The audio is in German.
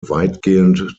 weitgehend